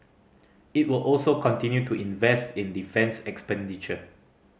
it will also continue to invest in defence expenditure